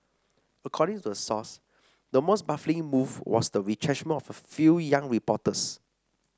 according to the source the most baffling move was the retrenchment of a few young reporters